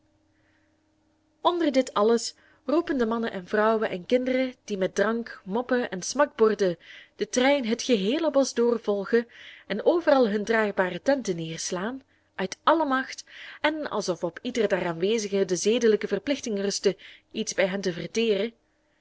onder dit alles roepen de mannen en vrouwen en kinderen die met drank moppen en smakborden den trein het geheele bosch door volgen en overal hunne draagbare tenten nederslaan uit alle macht en alsof op ieder der aanwezigen de zedelijke verplichting rustte iets bij hen te verteren